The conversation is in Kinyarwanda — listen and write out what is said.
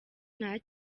nta